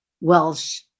Welsh